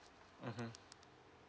mmhmm